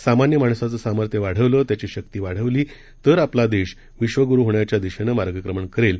सामान्यमाणसाचंसामर्थ्यवाढवलं त्यांची शक्ती वाढवली तर आपला देश विश्वगुरूहोण्याच्या दिशेनं मार्ग क्रमणकरेल